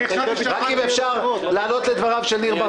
אני מבקש לענות לדבריו של חבר הכנסת